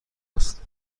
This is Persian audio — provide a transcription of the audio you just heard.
است